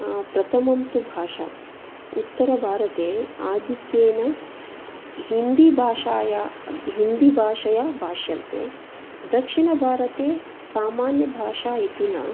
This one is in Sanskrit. प्रथमं तु भाषा उत्तरभारते आधिक्येन हिन्दि भाषाया हिन्दी भाषया भाष्यन्ते दक्षिणभारते सामान्यभाषा इति न